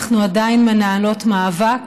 אנחנו עדיין מנהלות מאבק